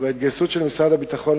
ועל ההתגייסות של משרד הביטחון.